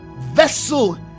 vessel